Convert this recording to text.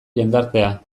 jendartea